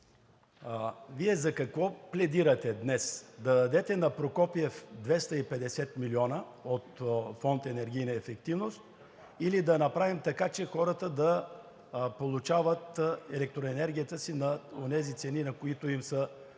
Вие за какво пледирате днес? Да дадете на Прокопиев 250 милиона от Фонд „Енергийна ефективност“ или да направим така, че хората да получават електроенергията си на онези цени, на които им са,